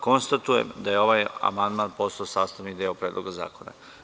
Konstatujem da je ovaj amandman postao sastavni deo Predloga zakona.